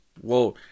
Whoa